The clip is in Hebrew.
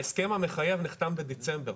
ההסכם המחייב נחתם בדצמבר,